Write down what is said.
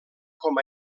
com